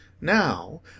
now